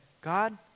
God